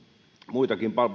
muitakin